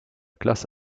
classe